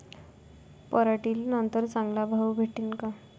पराटीले नंतर चांगला भाव भेटीन का?